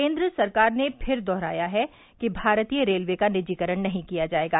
केन्द्र सरकार ने फिर दोहराया है कि भारतीय रेलवे का निजीकरण नहीं किया जायेगा